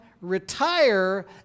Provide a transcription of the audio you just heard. retire